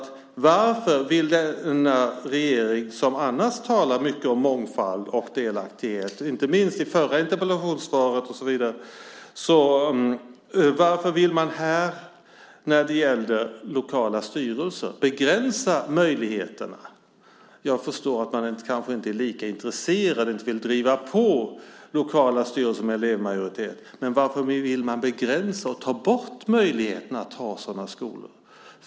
Varför vill denna regering - som annars talar mycket om mångfald och delaktighet, inte minst i förra interpellationsdebatten - just när det gäller lokala styrelser begränsa möjligheterna? Jag förstår att man kanske inte är lika intresserad av att driva på lokala styrelser med elevmajoritet, men varför vill man begränsa och ta bort möjligheterna att ha sådana i skolor?